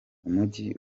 umujyi